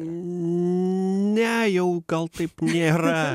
ne jau gal taip nėra